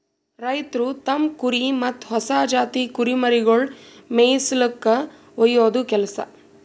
ರೈತ್ರು ತಮ್ಮ್ ಕುರಿ ಮತ್ತ್ ಹೊಸ ಜಾತಿ ಕುರಿಮರಿಗೊಳಿಗ್ ಮೇಯಿಸುಲ್ಕ ಒಯ್ಯದು ಕೆಲಸ